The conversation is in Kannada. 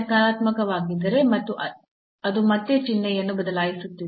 ನಕಾರಾತ್ಮಕವಾಗಿದ್ದರೆ ಅದು ಮತ್ತೆ ಚಿಹ್ನೆಯನ್ನು ಬದಲಾಯಿಸುತ್ತಿದೆ